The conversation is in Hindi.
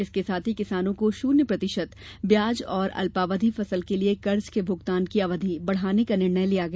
इसके साथ ही किसानों को शन्य प्रतिशत ब्याज और अल्पावधि फसल के लिए कर्ज के भुगतान की अवधि बढाने का निर्णय लिया गया